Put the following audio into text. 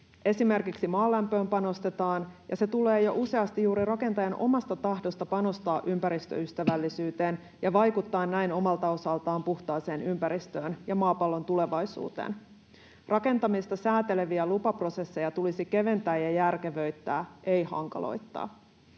Esimerkiksi maalämpöön panostetaan, ja se tulee jo useasti juuri rakentajan omasta tahdosta panostaa ympäristöystävällisyyteen ja vaikuttaa näin omalta osaltaan puhtaaseen ympäristöön ja maapallon tulevaisuuteen. Rakentamista sääteleviä lupaprosesseja tulisi keventää ja järkevöittää, ei hankaloittaa.